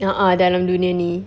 a'ah dalam dunia ini